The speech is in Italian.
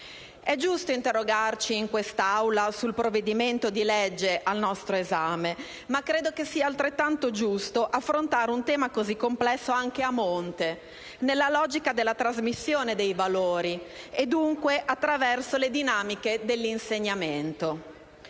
È giusto interrogarci in quest'Aula sul provvedimento di legge al nostro esame, ma credo sia altrettanto giusto affrontare un tema così complesso anche a monte, nella logica della trasmissione dei valori e, dunque, attraverso le dinamiche dell'insegnamento.